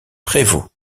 prévôt